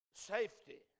Safety